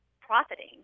profiting